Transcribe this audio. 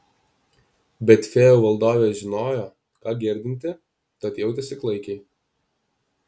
bet fėjų valdovė žinojo ką girdinti tad jautėsi klaikiai